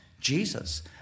Jesus